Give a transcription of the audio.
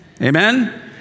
Amen